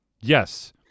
Yes